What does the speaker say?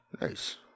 Nice